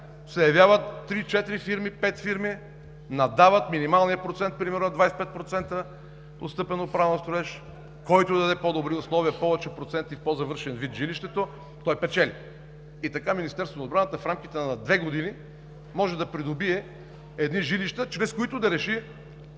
се явяват три, четири, пет фирми, наддават – минималният процент примерно е 25 с отстъпено право на строеж – който даде по-добри условия, повече проценти и в по-завършен вид жилището, той печели. Министерството на отбраната в рамките на две години може да придобие едни жилища, чрез които да реши